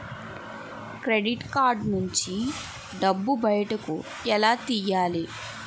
Credit card నుంచి డబ్బు బయటకు ఎలా తెయ్యలి?